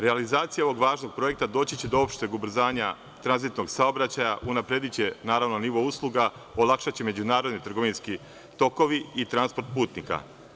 Realizacija ovog važnog projekta doći će do opšteg ubrzanja tranzitnog saobraćaja, unaprediće, naravno, nivo usluga, olakšaće međunarodni trgovinski tokovi i transport putnika.